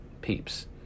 peeps